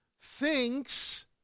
thinks